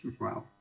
Wow